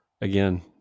again